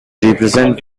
represent